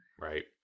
Right